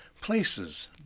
Places